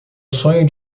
sonho